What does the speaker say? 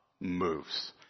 moves